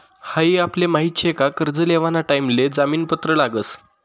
हाई आपले माहित शे का कर्ज लेवाना टाइम ले जामीन पत्र लागस